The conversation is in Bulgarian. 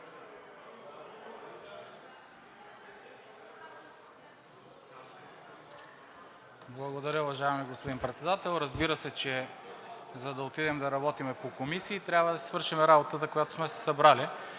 Благодаря, уважаеми господин Председател. Разбира се, че за да отидем да работим по комисии, трябва да си свършим работата, за която сме се събрали.